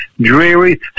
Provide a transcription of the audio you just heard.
dreary